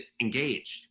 engaged